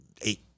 eight